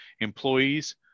employees